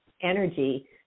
energy